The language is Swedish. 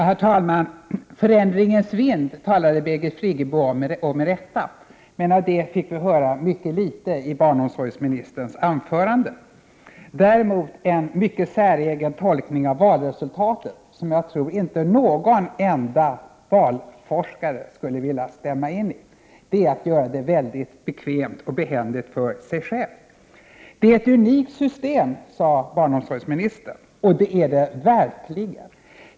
Herr talman! Birgit Friggebo talade om förändringens vind, och det med rätta, men av det fick vi höra mycket litet i barnomsorgsministerns anförande. Däremot redovisade han en mycket säregen tolkning av valresultatet, vilken jag inte tror att någon enda valforskare skulle vilja stämma in i. Tolkningen innebar att han gjorde det mycket bekvämt och behändigt för sig själv. Det är fråga om ett unikt system, sade barnomsorgsministern, och det är det verkligen.